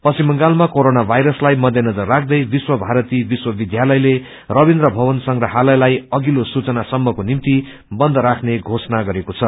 पश्चिम बंगालमा क्रोरोना ववायरसलाई मध्यनजर राख्यै विश्व भारती विश्वविष्यालयले रवीन्द्र भवन संप्रहालयलाई अघिल्लो सूचना सम्मको निम्ति बन्द राख्ने घोषणा गरेको छ